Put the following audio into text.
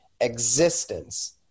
existence